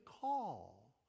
call